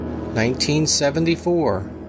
1974